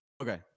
Okay